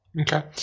Okay